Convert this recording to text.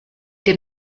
dem